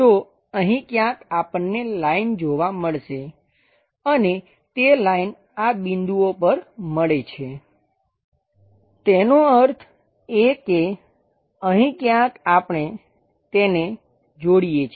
તો અહીં ક્યાંક આપણને લાઈન જોવા મળશે અને તે લાઈન આ બિંદુઓ પર મળે છે તેનો અર્થ એ કે અહીં ક્યાંક આપણે તેને જોડીએ છીએ